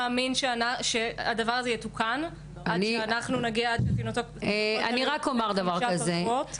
שהדבר הזה יתוקן עד שהתינוקות האלה יגיעו ל-15 שבועות.